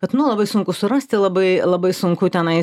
kad nu labai sunku surasti labai labai sunku tenais